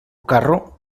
carro